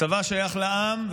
הצבא שייך לעם,